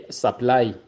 supply